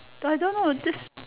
I don't know this